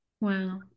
wow